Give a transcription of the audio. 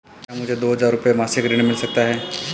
क्या मुझे दो हज़ार रुपये मासिक ऋण मिल सकता है?